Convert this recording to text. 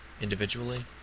individually